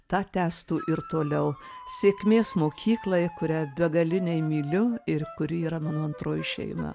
tą testų ir toliau sėkmės mokyklai kurią begaliniai myliu ir kuri yra mano antroji šeima